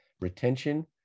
Retention